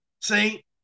See